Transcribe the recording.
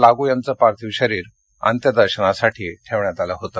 लागू यांचं पार्थिव शरीर अंत्यदर्शनासाठी ठेवण्यात आलं होतं